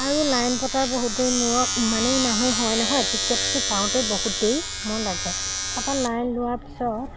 আৰু লাইন পতাৰ বহুত দেৰি মূৰত ইমানেই মানুহ হয় নহয় টিকেটটো পাওঁতেই বহুত দেৰি মোৰ লাগে তাৰপৰা লাইন লোৱাৰ পিছত